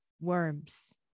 worms